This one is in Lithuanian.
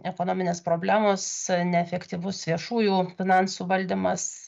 ekonominės problemos neefektyvus viešųjų finansų valdymas